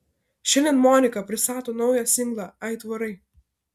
šiandien monika pristato naują singlą aitvarai